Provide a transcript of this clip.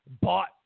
bought